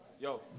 yo